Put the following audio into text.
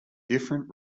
different